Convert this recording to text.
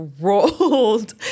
rolled